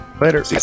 later